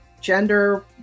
gender